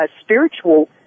spiritual